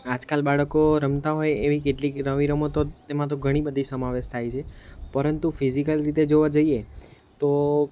આજકાલ બાળકો રમતા હોય એવી કેટલીક નવી રમતો તો એમાં તો ઘણી બધી સમાવેશ થાય છે પરંતુ ફિઝિકલ રીતે જોવા જઈએ તો